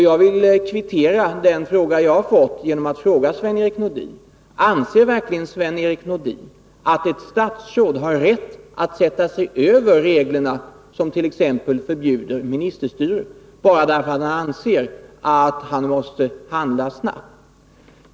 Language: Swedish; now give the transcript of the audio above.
Jag vill kvittera den fråga jag fick genom att fråga Sven-Erik Nordin: Anser verkligen Sven-Erik Nordin att ett statsråd har rätt att sätta sig över reglerna, som t.ex. förbjuder ministerstyre, bara därför att han anser att han måste handla snabbt?